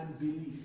unbelief